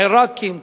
עירקים,